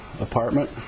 apartment